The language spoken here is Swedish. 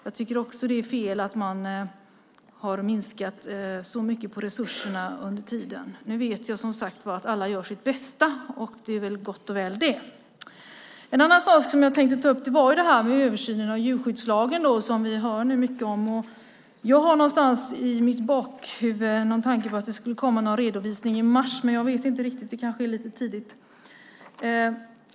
Jag tycker också att det är fel att man har minskat så mycket på resurserna. Nu vet jag som sagt var att alla gör sitt bästa, och det är väl gott och väl. En annan sak som jag vill ta upp är detta med översynen av djurskyddslagen som vi nu hör mycket om. Jag har någonstans i bakhuvudet att det skulle komma någon redovisning i mars, men det kanske ännu är lite tidigt.